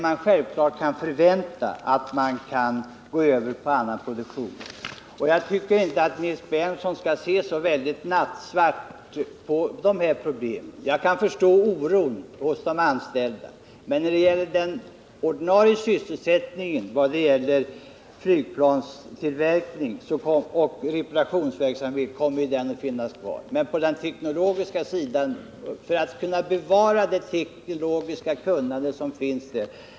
Jag tycker inte att Nils Berndtson skall se så nattsvart på dessa problem. Jag kan förstå oron hos de anställda, men den ordinarie sysselsättningen med flygplanstillverkning och reparationsverksamhet kommer att finnas kvar.